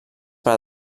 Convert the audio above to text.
per